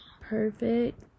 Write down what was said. Perfect